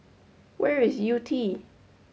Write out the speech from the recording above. where is Yew Tee